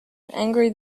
angry